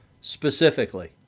specifically